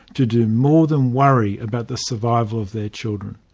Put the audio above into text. to do more than worry about the survival of their children.